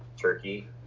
Turkey